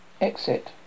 Exit